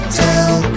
tell